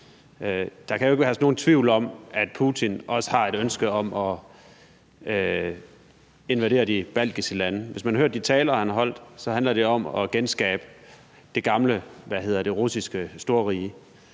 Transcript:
Der kan jo ikke herske nogen tvivl om, at Putin også har et ønske om at invadere de baltiske lande. Hvis man hører de taler, han har holdt, så handler det om at genskabe det gamle russiske storrige,